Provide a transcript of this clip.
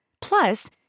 Plus